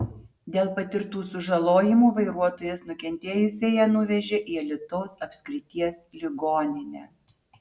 dėl patirtų sužalojimų vairuotojas nukentėjusiąją nuvežė į alytaus apskrities ligoninę